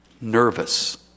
nervous